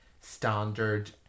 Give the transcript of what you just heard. standard